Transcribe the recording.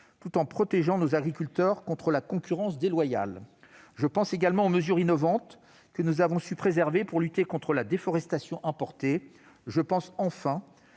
tout en protégeant nos agriculteurs contre la concurrence déloyale. Je pense aux mesures innovantes que nous avons su préserver pour lutter contre la déforestation importée. Je pense, enfin,